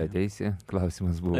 ateisi klausimas buvo